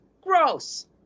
gross